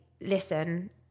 listen